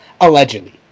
allegedly